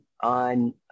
on